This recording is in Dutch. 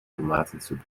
tomatensoep